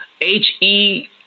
H-E